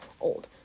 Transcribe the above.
old